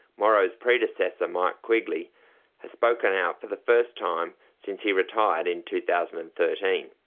morrow's predecessor mike quigley has spoken out for the first time since he retired in two thousand and thirteen.